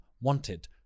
wanted